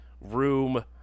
room